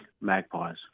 Magpies